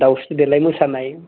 दावस्रि देलाय मोसानाय